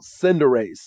Cinderace